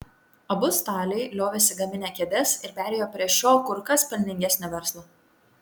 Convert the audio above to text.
abu staliai liovėsi gaminę kėdes ir perėjo prie šio kur kas pelningesnio verslo